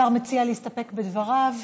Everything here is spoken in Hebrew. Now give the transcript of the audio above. השר מציע להסתפק בדבריו.